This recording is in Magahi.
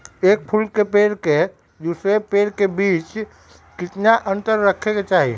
एक फुल के पेड़ के दूसरे पेड़ के बीज केतना अंतर रखके चाहि?